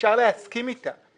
שאפשר להסכים איתה,